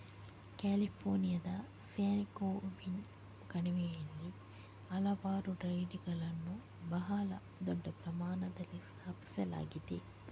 ಕ್ಯಾಲಿಫೋರ್ನಿಯಾದ ಸ್ಯಾನ್ಜೋಕ್ವಿನ್ ಕಣಿವೆಯಲ್ಲಿ ಹಲವಾರು ಡೈರಿಗಳನ್ನು ಬಹಳ ದೊಡ್ಡ ಪ್ರಮಾಣದಲ್ಲಿ ಸ್ಥಾಪಿಸಲಾಗಿದೆ